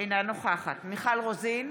אינה נוכחת מיכל רוזין,